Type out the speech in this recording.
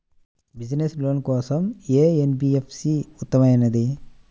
Business loan కోసం ఏ NBFC ఉత్తమమైనది?